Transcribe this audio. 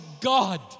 God